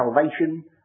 salvation